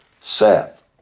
Seth